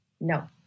No